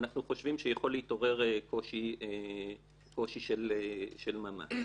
אנחנו חושבים שיכול להתעורר קושי של ממש.